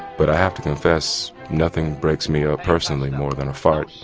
but i have to confess nothing breaks me up personally more than a fart.